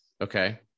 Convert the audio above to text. okay